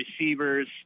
receivers